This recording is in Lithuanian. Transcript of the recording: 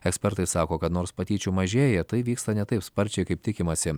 ekspertai sako kad nors patyčių mažėja tai vyksta ne taip sparčiai kaip tikimasi